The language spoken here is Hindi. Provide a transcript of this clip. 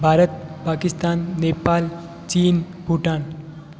भारत पाकिस्तान नेपाल चीन भूटान